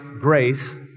Grace